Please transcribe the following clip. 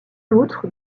outre